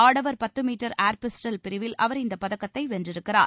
ஆடவர் பத்து metre air pistol பிரிவில் அவர் இந்தப் பதக்கத்தை வென்றிருக்கிறார்